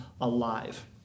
alive